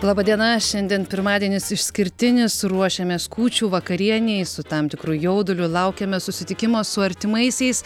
laba diena šiandien pirmadienis išskirtinis ruošiamės kūčių vakarienei su tam tikru jauduliu laukiame susitikimo su artimaisiais